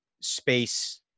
space